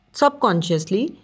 subconsciously